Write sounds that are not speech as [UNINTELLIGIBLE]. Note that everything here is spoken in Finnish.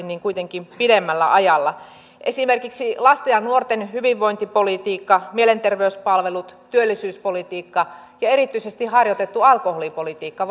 [UNINTELLIGIBLE] niin kuitenkin pidemmällä ajalla esimerkiksi lasten ja nuorten hyvinvointipolitiikka mielenterveyspalvelut työllisyyspolitiikka ja erityisesti harjoitettu alkoholipolitiikka [UNINTELLIGIBLE]